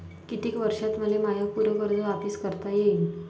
कितीक वर्षात मले माय पूर कर्ज वापिस करता येईन?